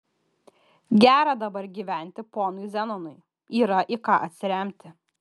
gera dabar gyventi ponui zenonui yra į ką atsiremti